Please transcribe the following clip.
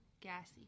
gassy